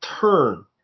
turn